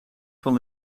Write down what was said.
van